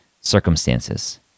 circumstances